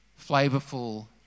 flavorful